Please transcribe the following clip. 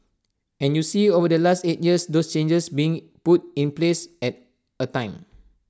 and you see over the last eight years those changes being put in place at A time